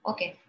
Okay